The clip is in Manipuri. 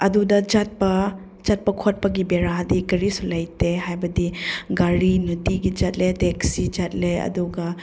ꯑꯗꯨꯗ ꯆꯠꯄ ꯆꯠꯄ ꯈꯣꯠꯄꯒꯤ ꯕꯦꯔꯥꯗꯤ ꯀꯔꯤꯁꯨ ꯂꯩꯇꯦ ꯍꯥꯏꯕꯗꯤ ꯒꯥꯔꯤ ꯅꯨꯡꯇꯤꯒꯤ ꯆꯠꯂꯦ ꯇꯦꯛꯁꯤ ꯆꯠꯂꯦ ꯑꯗꯨꯒ